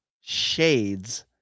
shades